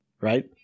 right